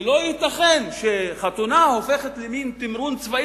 לא ייתכן שחתונה הופכת למין תמרון צבאי